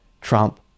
Trump